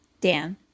Dan